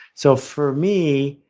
so for me,